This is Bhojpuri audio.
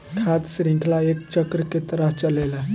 खाद्य शृंखला एक चक्र के तरह चलेला